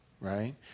Right